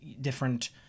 different –